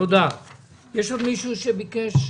למה לקשור את זה אחד בשני?